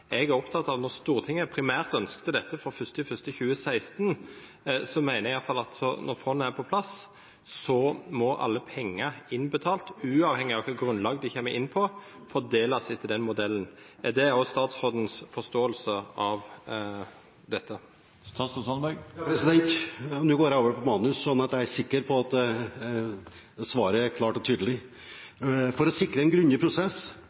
Jeg er opptatt av at når Stortinget primært ønsket dette fra 1. januar 2016, mener i hvert fall jeg at når fondet er på plass, må alle penger som innbetales – uavhengig av hva slags grunnlag de kommer inn på – fordeles etter den modellen. Er det også statsrådens forståelse av dette? Nå går jeg over på manus, slik at jeg er sikker på at svaret er klart og tydelig. For å sikre en grundig prosess